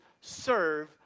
serve